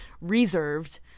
reserved